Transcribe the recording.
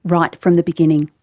right from the beginning.